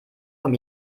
vom